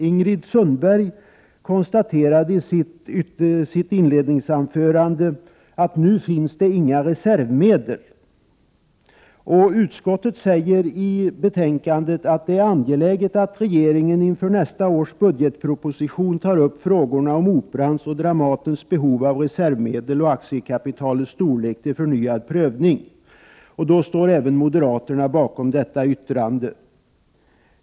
Ingrid Sundberg konstaterade i sitt inledningsanförande att det nu inte finns några reservmedel. Utskottet framhåller i betänkandet att ”det är angeläget att regeringen inför beredningen av nästa års budgetproposition tar upp frågorna om Operans och Dramatens behov av reservmedel och aktiekapitalens storlek till förnyad prövning”. Även moderaterna står bakom detta uttalande.